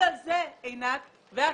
ובגלל זה עינת ואסף,